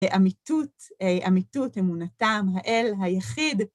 אמיתות... אמיתות אמונתם, האל היחיד.